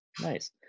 Nice